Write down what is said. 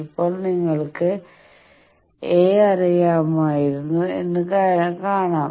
ഇപ്പോൾ നിങ്ങൾക്ക് ഏ അറിയാമെങ്കിൽ മറ്റൊരു കാര്യം കൂടി ചെയ്യാമായിരുന്നു എന്ന് കാണാം